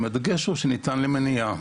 הדגש הוא שהן ניתנות למניעה.